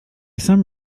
some